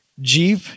Jeep